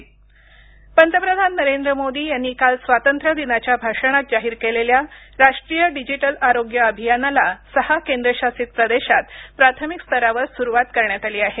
राष्ट्रीय डिजिटल आरोग्य अभियान पंतप्रधान नरेंद्र मोदी यांनी काल स्वातंत्र्य दिनाच्या भाषणात जाहीर केलेल्या राष्ट्रीय डिजिटल आरोग्य अभियानाला सहा केंद्रशासित प्रदेशात प्राथमिक स्तरावर सुरुवात करण्यात आली आहे